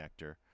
connector